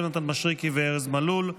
יונתן מישרקי וארז מלול.